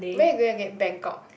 where you going again Bangkok